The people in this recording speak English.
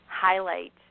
highlight